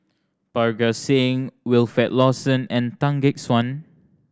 Parga Singh Wilfed Lawson and Tan Gek Suan